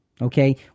okay